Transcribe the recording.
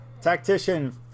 Tactician